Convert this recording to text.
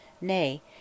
nay